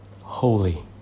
holy